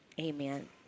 amen